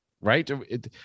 Right